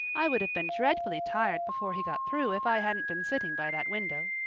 i would have been dreadfully tired before he got through if i hadn't been sitting by that window.